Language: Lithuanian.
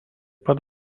pat